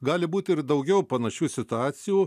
gali būti ir daugiau panašių situacijų